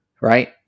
right